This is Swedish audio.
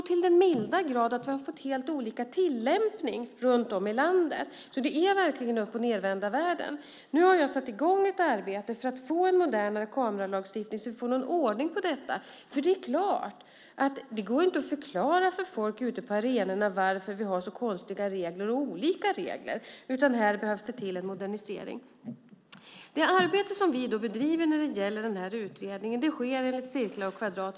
Vi har fått helt olika tillämpning runt om i landet. Så det är verkligen uppochnedvända världen. Nu har jag satt i gång ett arbete för att få en modernare lagstiftning när det gäller kameraövervakning så att vi får någon ordning på detta. Det är klart att det inte går att förklara för folk ute på arenorna varför vi har så konstiga regler och olika regler. Här behövs det en modernisering. Det arbete som vi bedriver när det gäller denna utredning sker enligt cirklar och kvadrater.